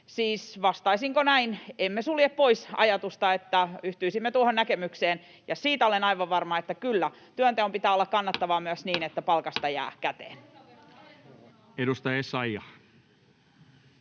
Siis vastaisinko näin: emme sulje pois ajatusta, että yhtyisimme tuohon näkemykseen, ja siitä olen aivan varma, että kyllä, työnteon pitää olla kannattavaa myös niin, että palkasta jää käteen. [Speech